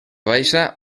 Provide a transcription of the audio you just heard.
baixa